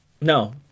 No